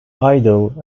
idol